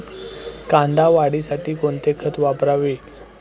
कांदा वाढीसाठी कोणते खत वापरावे?